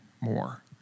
more